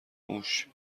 موش